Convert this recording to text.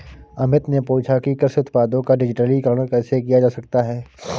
अमित ने पूछा कि कृषि उत्पादों का डिजिटलीकरण कैसे किया जा सकता है?